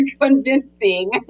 convincing